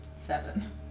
seven